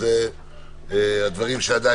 (הגבלת